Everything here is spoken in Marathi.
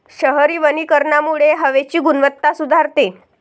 शहरी वनीकरणामुळे हवेची गुणवत्ता सुधारते